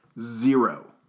zero